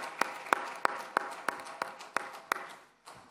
(מחיאות כפיים)